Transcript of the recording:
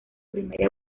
primera